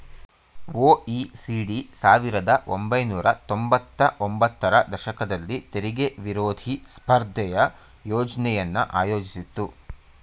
OECD ಸಾವಿರದ ಒಂಬೈನೂರ ತೊಂಬತ್ತ ಒಂಬತ್ತರ ದಶಕದಲ್ಲಿ ತೆರಿಗೆ ವಿರೋಧಿ ಸ್ಪರ್ಧೆಯ ಯೋಜ್ನೆಯನ್ನು ಆಯೋಜಿಸಿತ್ತು